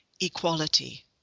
equality